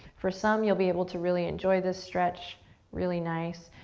for some, you'll be able to really enjoy this stretch really nice.